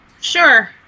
Sure